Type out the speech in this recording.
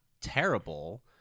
terrible